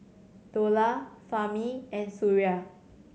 Dollah Fahmi and Suria